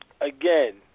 again